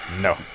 no